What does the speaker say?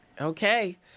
Okay